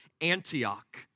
Antioch